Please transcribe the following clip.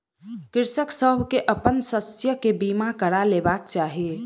कृषक सभ के अपन शस्य के बीमा करा लेबाक चाही